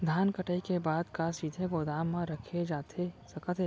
धान कटाई के बाद का सीधे गोदाम मा रखे जाथे सकत हे?